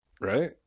Right